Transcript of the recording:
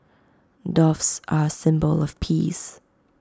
doves are A symbol of peace